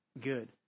good